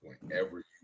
whenever